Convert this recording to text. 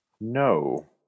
no